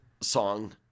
song